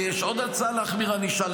ויש עוד הצעה להחמיר ענישה.